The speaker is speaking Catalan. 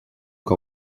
que